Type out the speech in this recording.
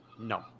No